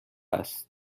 است